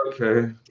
okay